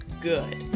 good